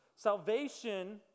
Salvation